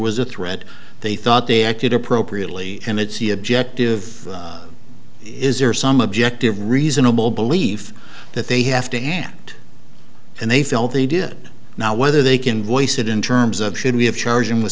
was a threat they thought they acted appropriately and it's the objective is there some objective reasonable belief that they have to hand and they felt they did now whether they can voice it in terms of should we have charged him with